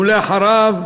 ואחריו,